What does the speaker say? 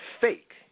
fake